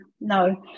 no